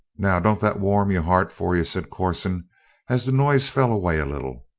now, don't that warm your heart, for you? said corson as the noise fell away a little.